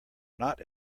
not